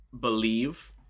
believe